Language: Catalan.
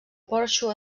porxo